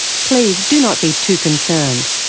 please do not be too concerned.